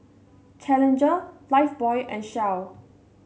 Challenger Lifebuoy and Shell